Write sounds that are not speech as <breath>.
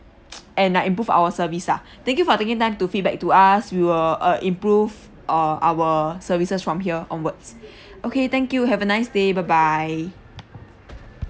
<noise> and like improve our service lah thank you for taking time to feedback to us we will uh improve uh our services from here onwards <breath> okay thank you have a nice day bye bye